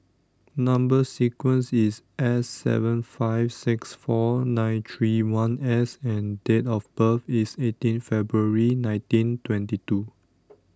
Number sequence IS S seven five six four nine three one S and Date of birth IS eighteen February nineteen twenty two